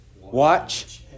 watch